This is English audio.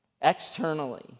Externally